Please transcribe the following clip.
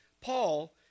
Paul